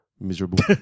Miserable